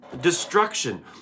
Destruction